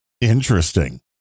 Interesting